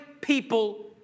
people